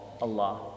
Allah